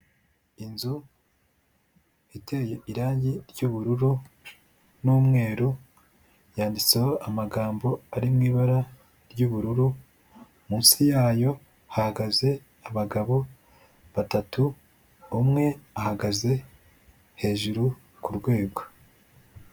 Inzu iteye irange ry'ubururu n'umweru, yanditseho amagambo ari mu ibara ry'ubururu, munsi yayo hahagaze abagabo batatu, umwe ahagaze hejuru ku rwego.